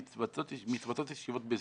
ב"זום".